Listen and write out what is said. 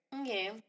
Okay